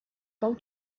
том